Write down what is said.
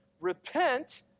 Repent